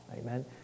amen